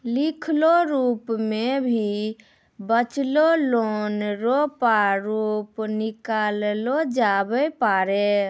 लिखलो रूप मे भी बचलो लोन रो प्रारूप निकाललो जाबै पारै